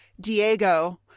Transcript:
Diego